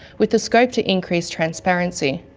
with the scope to increase transparency.